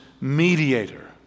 mediator